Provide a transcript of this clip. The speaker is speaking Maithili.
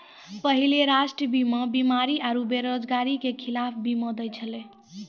पहिले राष्ट्रीय बीमा बीमारी आरु बेरोजगारी के खिलाफ बीमा दै छलै